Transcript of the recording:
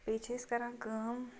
بیٚیہِ چھِ أسۍ کران کٲم